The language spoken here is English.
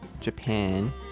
Japan